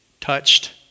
touched